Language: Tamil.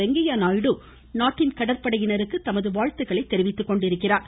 வெங்கையா நாயுடு நாட்டின் கடற்படையினருக்குதமது வாழ்த்துக்களை தெரிவித்துக்கொண்டிருக்கிறார்